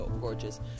gorgeous